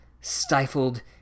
stifled